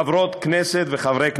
חברות הכנסת וחברי הכנסת,